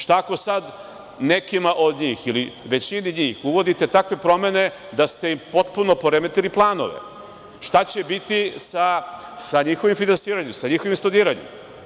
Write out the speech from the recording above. Šta ako sada nekima od njih ili većini njih uvodite takve promene da ste im potpuno poremetili planove, šta će biti sa njihovim finansiranjem i sa njihovim studiranjem?